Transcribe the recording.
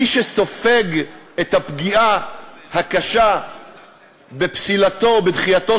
מי שסופג את הפגיעה הקשה בפסילתו או בדחייתו